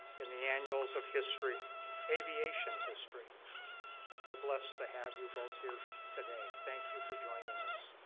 in the annuals of history aviation history we're blessed to have you both here today thank you for joining us